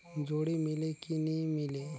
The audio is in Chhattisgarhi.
जोणी मीले कि नी मिले?